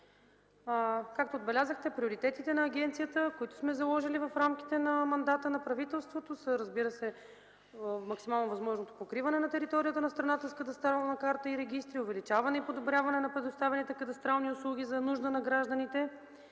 Както отбелязахте, приоритетите на агенцията, които сме заложили в рамките на мандата на правителството, са, разбира се, в максимално възможното покриване на територията на страната с кадастрална карта и регистри, увеличаване и подобряване на предоставените кадастрални услуги за нужда на гражданите,